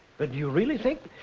but do you really think.